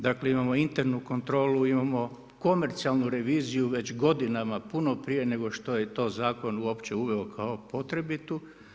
Dakle imamo internu kontrolu, komercijalnu reviziju već godinama puno prije nego što je to zakon uopće uveo kao potrebitu.